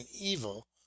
evil